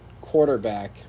quarterback